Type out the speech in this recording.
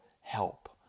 help